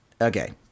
okay